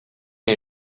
you